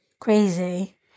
Crazy